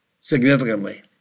significantly